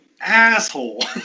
asshole